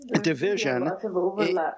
division